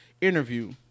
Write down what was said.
interview